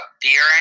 beer